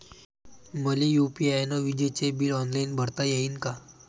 मले यू.पी.आय न विजेचे बिल ऑनलाईन भरता येईन का?